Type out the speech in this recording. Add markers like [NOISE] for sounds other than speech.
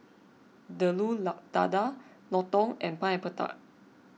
Telur [UNINTELLIGIBLE] Dadah Lontong and Pineapple Tart